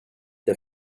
the